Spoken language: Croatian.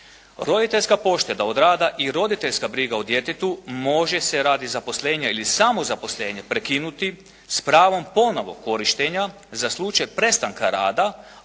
Roditeljska pošteda od rada i roditeljska briga o djetetu može se radi zaposlenja ili samozaposlenja prekinuti s pravom ponovnog korištenja za slučaj prestanka rada a za